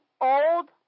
old